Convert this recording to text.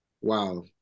wow